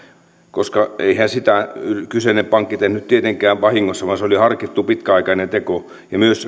koska eihän sitä kyseinen pankki tehnyt tietenkään vahingossa vaan se oli harkittu pitkäaikainen teko ja myös